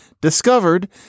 discovered